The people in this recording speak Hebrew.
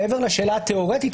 מעבר לשאלה התיאורית,